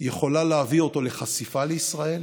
יכולה להביא אותו לחשיפה לישראל,